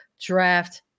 draft